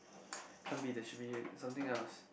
can't be the should be something else